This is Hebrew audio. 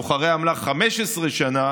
ולסוחרי אמל"ח 15 שנה,